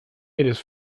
its